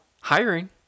hiring